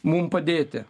mum padėti